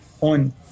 on